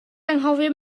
anghofio